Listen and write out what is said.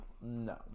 no